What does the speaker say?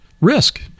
Risk